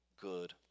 good